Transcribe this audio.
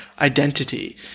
identity